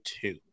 two